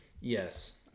Yes